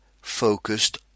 focused